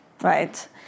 right